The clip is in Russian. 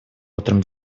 утром